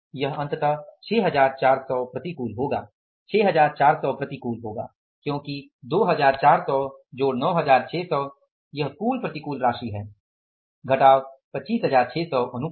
यह अंततः 6400 प्रतिकूल होगा 6400 प्रतिकूल होगा क्योंकि 2400 जोड़ 9600 यह कुल प्रतिकूल राशि है घटाव 25600 अनुकूल